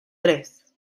tres